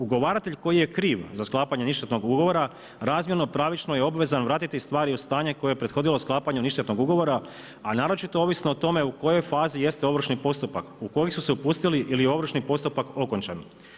Ugovaratelj koji je kriv za sklapanje ništetnog ugovora razmjerno pravičnoj obvezan je vratiti stvari u stanje koje je prethodilo sklapanju ništetnog ugovora, a naročito ovisno o tome u kojoj fazi jeste ovršni postupak u koji su se upustili ili je ovršni postupak okončan.